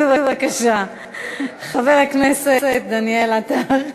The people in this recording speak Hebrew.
בבקשה, חבר הכנסת דניאל עטר.